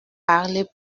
parlé